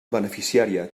beneficiària